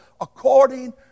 according